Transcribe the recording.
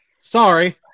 sorry